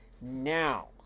Now